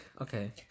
okay